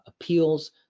appeals